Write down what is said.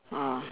oh